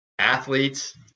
Athletes